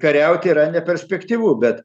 kariauti yra neperspektyvu bet